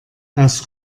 aus